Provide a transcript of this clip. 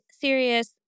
serious